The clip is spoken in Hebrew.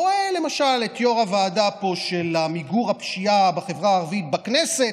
רואה למשל את יו"ר הוועדה פה למיגור הפשיעה בחברה הערבית בכנסת,